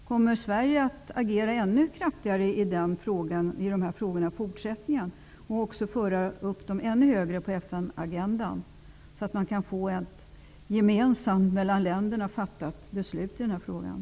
Kommer Sverige i fortsättningen att agera ännu kraftigare i de här frågorna och också föra upp dem ännu högre på FN-agendan, så att man kan få ett gemensamt mellan länderna fattat beslut i det här sammanhanget?